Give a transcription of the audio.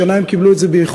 השנה הם קיבלו את זה באיחור.